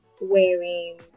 wearing